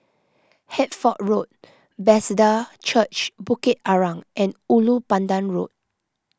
Hertford Road Bethesda Church Bukit Arang and Ulu Pandan Road